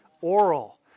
Oral